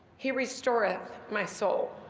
he restoreth my soul.